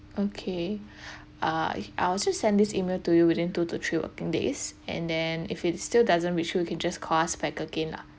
okay err I'll just send this email to you within two to three working days and then if it still doesn't reach you you can just call us back again lah